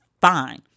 fine